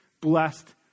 blessed